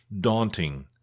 daunting